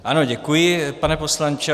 Ano, děkuji, pane poslanče.